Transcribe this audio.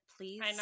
please